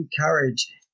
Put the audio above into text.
encourage